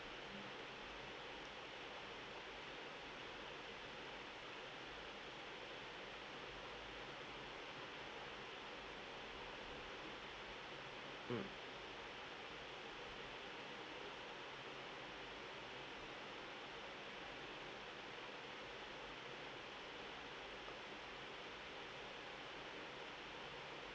mm